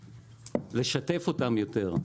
לשתף אותם יותר.